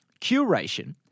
curation